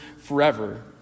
forever